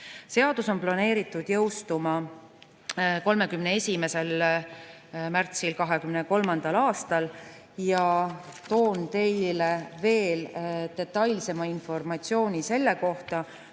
Seadus on planeeritud jõustuma 31. märtsil 2023. aastal. Toon teile detailsema informatsiooni selle kohta,